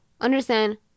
understand